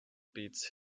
beats